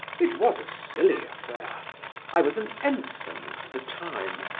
it was a silly affair i was an ensign at the time.